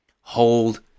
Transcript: hold